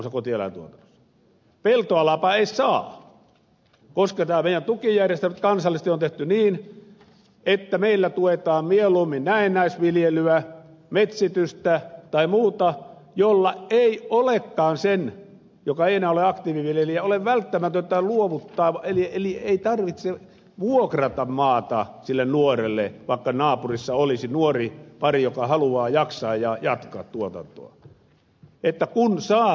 peltoalaapa ei saa koska tämä meidän tukijärjestelmämme kansallisesti on tehty niin että meillä tuetaan mieluummin näennäisviljelyä metsitystä tai muuta ja jos ei olekaan enää aktiiviviljelijä ei ole välttämätöntä luovuttaa eli ei tarvitse vuokrata maata sille nuorelle vaikka naapurissa olisi nuoripari joka haluaa ja jaksaa jatkaa tuotantoa kun tästä näennäisviljelystä saa tuen